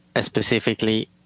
specifically